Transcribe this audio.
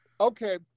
Okay